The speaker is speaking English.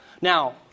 Now